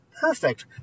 perfect